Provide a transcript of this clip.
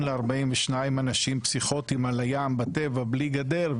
ל-42 אנשים פסיכוטיים על הים בטבע בלי גדר,